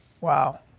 Wow